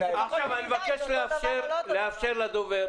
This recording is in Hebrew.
--- אני מבקש לאפשר לדובר.